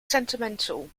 sentimental